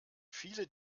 viele